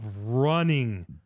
running